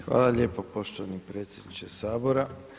Hvala lijepo poštovani predsjedniče Sabora.